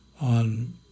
on